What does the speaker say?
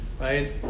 right